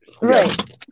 Right